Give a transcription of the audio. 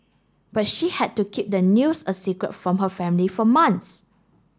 but she had to keep the news a secret from her family for months